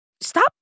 stop